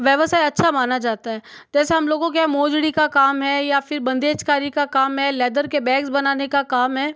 व्यवसाय अच्छा माना जाता है जैसे हम लोगों के मोजड़ी का काम है या फिर बंधेज कारी का काम है लेदर के बैग्स बनाने का काम है